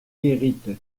guérite